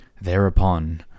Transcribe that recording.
Thereupon